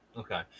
Okay